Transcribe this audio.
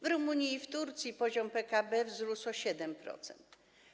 W Rumunii i w Turcji poziom PKB wzrósł o 7%.